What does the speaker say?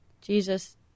Jesus